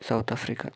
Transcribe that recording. South Africa